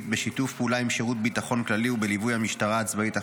בשיתוף פעולה עם שירת הביטחון הכללי ובליווי המשטרה הצבאית החוקרת.